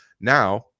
now